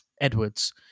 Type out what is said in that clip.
Edwards